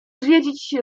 zwiedzić